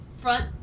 front